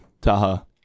Taha